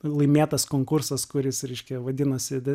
laimėtas konkursas kuris reiškia vadinasi